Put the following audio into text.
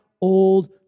old